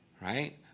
Right